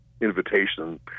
invitation